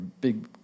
big